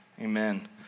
amen